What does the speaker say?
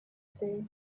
bay